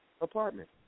apartment